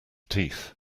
teeth